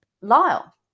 Lyle